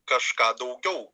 kažką daugiau